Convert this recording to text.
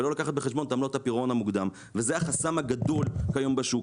אבל לא לוקחת בחשבון את עמלות הפירעון המוקדם וזה החסם הגדול כיום בשוק.